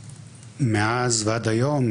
מאז ועד היום,